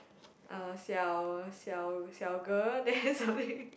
uh 小小小 girl then something